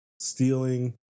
Stealing